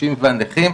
הקשישים והנכים,